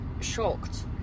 shocked